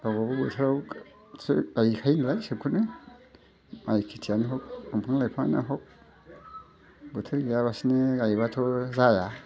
गावबागाव बोथोरावसो गायखायोनालाय सोबखौनो माइ खिथियानो हख दंफां लाइफाङानो हख बोथोर गैयालासिनो गायब्लाथ' जाया